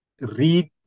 read